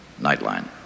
Nightline